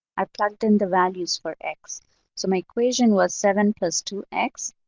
i plugged in the values for x so my equation was seven plus two x.